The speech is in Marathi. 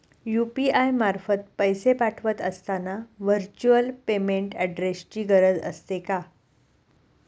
यु.पी.आय मार्फत पैसे पाठवत असताना व्हर्च्युअल पेमेंट ऍड्रेसची गरज असते का?